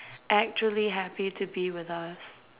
actually happy to be with us